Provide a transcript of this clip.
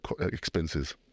expenses